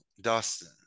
Dustin